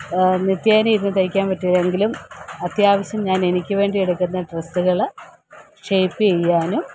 നിത്യേന ഇരുന്ന് തയ്ക്കാൻ പറ്റില്ലയെങ്കിലും അത്യാവശ്യം ഞാനെനിക്ക് വേണ്ടിയെടുക്കുന്ന ഡ്രസ്സുകൾ ഷേയ്പ്പ് ചെയ്യാനും